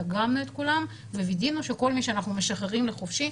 דגמנו את כולם ווידאנו שכל מי שאנחנו משחררים לחופשי,